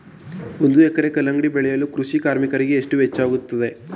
ಒಂದು ಎಕರೆ ಕಲ್ಲಂಗಡಿ ಬೆಳೆಯಲು ಕೃಷಿ ಕಾರ್ಮಿಕರಿಗೆ ಎಷ್ಟು ವೆಚ್ಚವಾಗುತ್ತದೆ?